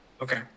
Okay